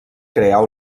crear